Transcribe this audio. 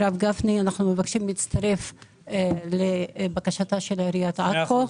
אנחנו מבקשים להצטרף לבקשתה של עיריית עכו,